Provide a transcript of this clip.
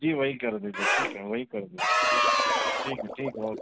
جی وہی کر دیجیے ٹھیک ہے وہی کر دیجیے ٹھیک ہے ٹھیک ہے اوکے